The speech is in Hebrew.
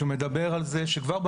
שמדבר על זה שכבר ב-2050,